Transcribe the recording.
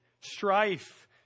strife